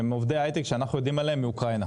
הם עובדי היי-טק שאנחנו יודעים עליהם מאוקראינה,